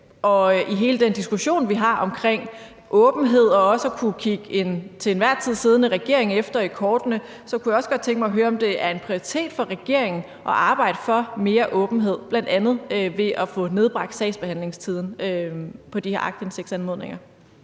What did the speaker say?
Og i hele den diskussion, vi har omkring åbenhed og også at kunne kigge en til enhver tid siddende regering efter i kortene, kunne jeg også godt tænke mig at høre, om det er en prioritet for regeringen at arbejde for mere åbenhed, bl.a. ved at få nedbragt sagsbehandlingstiden på de her aktindsigtsanmodninger.